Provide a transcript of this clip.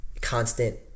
constant